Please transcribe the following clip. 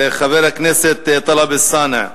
הבא: